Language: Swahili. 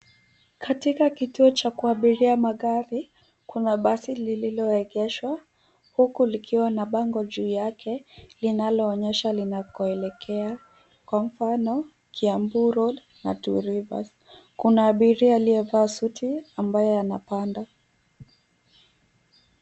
Katika kituo cha kuabiria magari, kuna basi lililoegeshwa huku likiwa na bango juu Yake linaloonyesha linakoelekea kwa mfano, Kiambu [c.s]road na Two rivers. Kuna abiria aliyevaa suti ambayo anapanda.